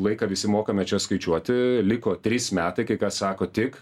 tai laiką visi mokame čia skaičiuoti liko trys metai kai kas sako tik